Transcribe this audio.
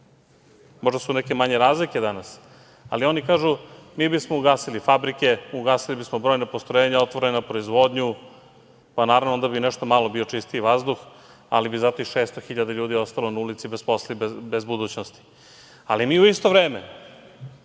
Možda su neke manje razlike danas, ali oni kažu – mi bismo ugasili fabrike, ugasili bismo brojna postrojenja otvorena, proizvodnju. Pa, naravno da bi nešto bio čistiji vazduh, ali bi zato i 600.000 ljudi ostalo na ulici bez posla i bez budućnosti. Ali, mi u isto vreme,